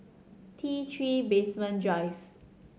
T Three Basement Drive